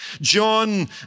John